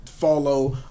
follow